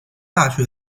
大学